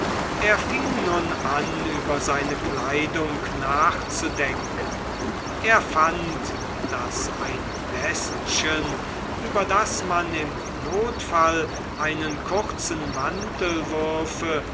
er fing nun an über seine kleidung nachzudenken er fand daß ein westchen über das man im notfall einen kurzen mantel würfe